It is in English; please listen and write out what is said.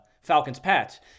Falcons-Pats